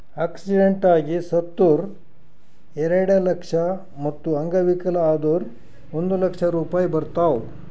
accident ಆಗಿ ಸತ್ತುರ್ ಎರೆಡ ಲಕ್ಷ, ಮತ್ತ ಅಂಗವಿಕಲ ಆದುರ್ ಒಂದ್ ಲಕ್ಷ ರೂಪಾಯಿ ಬರ್ತಾವ್